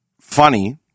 funny